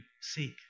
seek